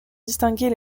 distinguer